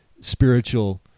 spiritual